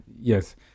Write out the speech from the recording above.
yes